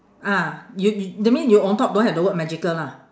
ah you yo~ that mean you on top don't have the word magical lah